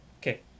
okay